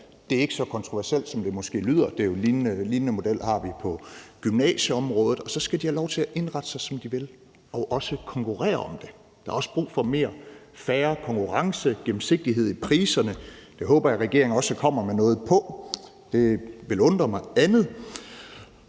det er ikke så kontroversielt, som det måske lyder; en lignende model har vi på gymnasieområdet – og så skal de have lov til at indrette sig, som de vil, og også konkurrere om det. Der er også brug for mere fair konkurrence og gennemsigtighed i priserne. Det håber jeg regeringen også kommer med noget om; det ville undre mig andet.